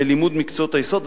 בלימוד מקצועות היסוד.